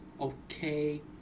okay